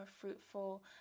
fruitful